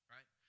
Right